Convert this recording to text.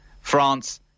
France